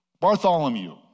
Bartholomew